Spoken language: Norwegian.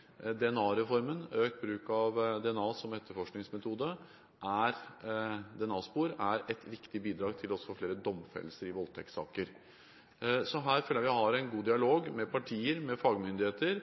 økt bruk av DNA som etterforskningsmetode – DNA-spor – er et viktig bidrag til å få flere domfellelser i voldtektssaker. Så her føler jeg at vi har en god dialog med partier og fagmyndigheter